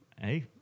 hey